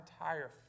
entire